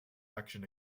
action